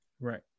right